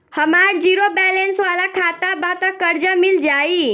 हमार zero balance वाला खाता बा त कर्जा मिल जायी?